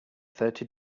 thirty